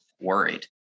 worried